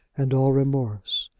and all remorse.